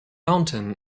mountain